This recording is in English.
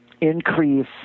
increase